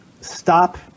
stop